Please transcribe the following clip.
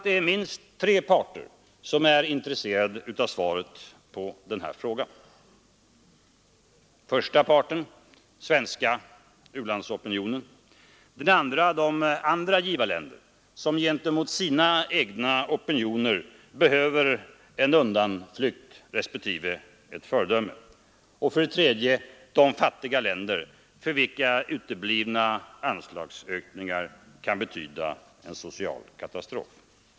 Det är minst tre parter som är intresserade av svaret på den frågan: för det första den svenska u-landsopinionen, för det andra de andra givarländer som gentemot sina egna opinioner behöver en undanflykt respektive ett föredöme och för det tredje de fattiga länder för vilka uteblivna anslagsökningar kan betyda en social katastrof.